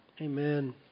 Amen